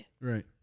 Right